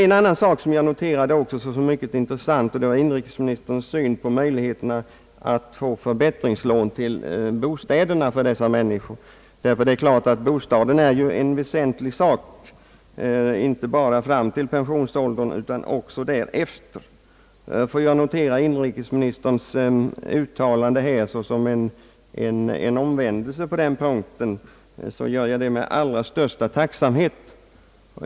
En annan intressant sak var inrikesministerns syn på möjligheterna för dessa människor att få förbättringslån för bostäderna, ty bostaden är givetvis väsentlig inte bara fram till pensionsåldern utan också därefter. Får jag notera inrikesministerns uttalande här såsom en omvändelse på denna punkt, så gör jag det med den ailra största tacksamhet.